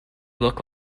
look